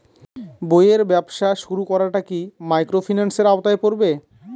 বইয়ের ব্যবসা শুরু করাটা কি মাইক্রোফিন্যান্সের আওতায় পড়বে?